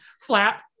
flap